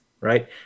right